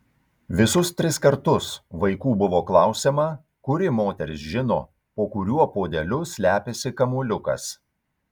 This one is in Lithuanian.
visus tris kartus vaikų buvo klausiama kuri moteris žino po kuriuo puodeliu slepiasi kamuoliukas